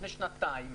לפני שנתיים,